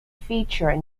feature